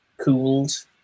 cooled